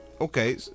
Okay